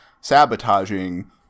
sabotaging